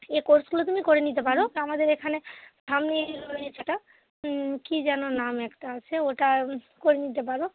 এ কোর্সগুলো তুমি করে নিতে পারো তো আমাদের এখানে কী যেন নাম একটা সে ওটা করে নিতে পারো